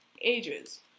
ages